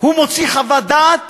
הוא מוציא חוות דעת